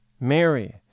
Mary